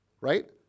Right